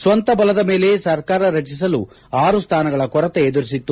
ಸ್ವಂತ ಬಲದ ಮೇಲೆ ಸರ್ಕಾರ ರಚಿಸಲು ಆರು ಸ್ಥಾನಗಳ ಕೊರತೆ ಎದುರಿಸಿತ್ತು